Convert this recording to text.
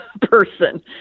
person